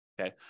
okay